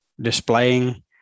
displaying